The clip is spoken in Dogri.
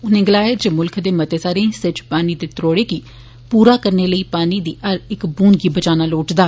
उनें गलाया जे मुल्ख दे मते हिस्सें इच पानी दे त्रोड़ेंग ी पूरा करने लेई पानी दी हर इक बूंद गी बचाना लोड़चदा